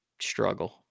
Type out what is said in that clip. struggle